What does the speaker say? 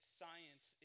science